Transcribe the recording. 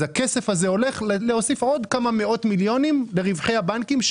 הכסף הזה הולך להוסיף עוד כמה מאות מיליונים ברווחי הבנקים,